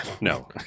no